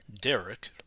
Derek